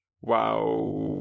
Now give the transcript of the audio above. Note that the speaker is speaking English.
Wow